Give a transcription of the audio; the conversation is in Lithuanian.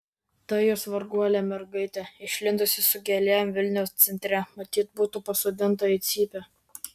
ta jos varguolė mergaitė išlindusi su gėlėm vilniaus centre matyt būtų pasodinta į cypę